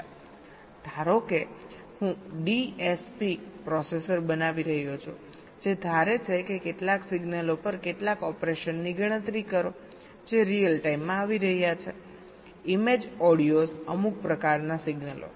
ધારો કે હું ડીએસપી પ્રોસેસર બનાવી રહ્યો છું જે ધારે છે કે કેટલાક સિગ્નલો પર કેટલાક ઓપરેશનની ગણતરી કરો જે રીઅલ ટાઇમમાં આવી રહ્યા છે ઇમેજ ઓડિઓઝ અમુક પ્રકારના સિગ્નલો